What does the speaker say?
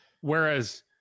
whereas